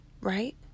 right